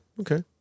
okay